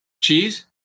cheese